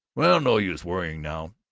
well, no use worrying now.